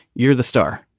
you're the star